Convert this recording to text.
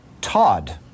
Todd